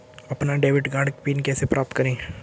अपना debit card PIN कैसे प्राप्त करें?